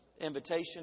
invitation